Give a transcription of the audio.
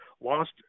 lost